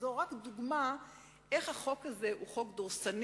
זו רק דוגמה איך החוק הזה הוא חוק דורסני,